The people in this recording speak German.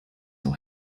auch